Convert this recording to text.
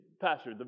Pastor